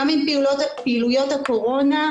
גם עם פעילויות הקורונה,